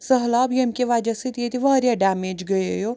سٔہلاب ییٚمہِ کہِ وجہ سۭتی ییٚتہِ واریاہ ڈمیج گیٚیو